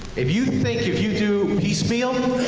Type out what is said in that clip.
if you think if you do piecemeal,